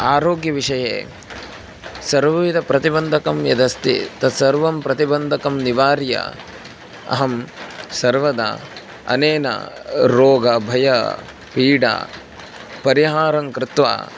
आरोग्यविषये सर्वविधप्रतिबन्धकं यदस्ति तस्सर्वं प्रतिबन्धकं निवार्य अहं सर्वदा अनेन रोगभयपीडापरिहारं कृत्वा